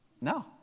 No